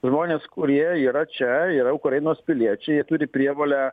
žmonės kurie yra čia yra ukrainos piliečiai jie turi prievolę